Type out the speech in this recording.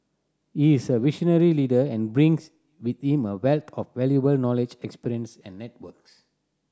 he is a visionary leader and brings with him a wealth of valuable knowledge experience and networks